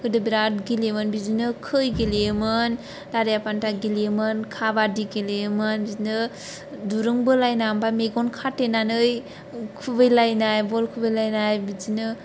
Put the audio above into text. गोदो बिराद गेलेयोमोन बिदिनो खै गेलेयोमोन दारियाफान्था गेलेयोमोन काबादि गेलेयोमोन बिदिनो दुरुं बोलायना ओमफाय मेगन खाथेनानै खुबैलायनाय बल खुबैलायनाय बिदिनो